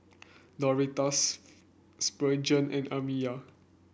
Doretha Spurgeon and Amiya